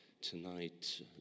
tonight